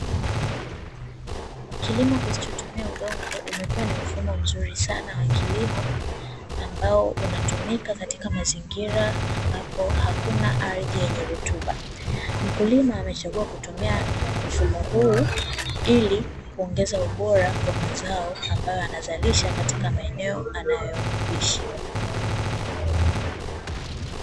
Kilimo kisichotumia udongo, umekuwa ni mfumo mzuri sana wa kilimo ambao unatumika katika mazingira ambapo hakuna ardhi yenye rutuba. Mkulima amechagua kutumia mfumo huu, ili kuongeza ubora wa mazao ambayo anazalisha katika maeneo anayoishi.